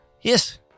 Yes